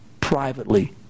privately